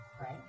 Right